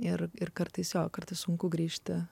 ir ir kartais o kartais sunku grįžti